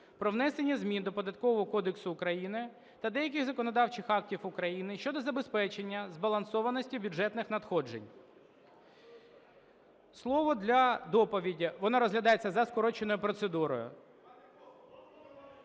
кодексу України та деяких законодавчих актів України щодо забезпечення збалансованості бюджетних надходжень. Слово для доповіді... Воно розглядається за скороченою процедурою.